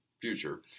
future